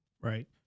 Right